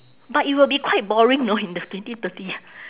but it will be quite boring know in the twenty thirty